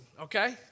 okay